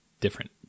different